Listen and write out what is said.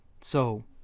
So